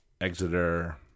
Exeter